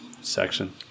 section